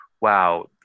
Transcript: wow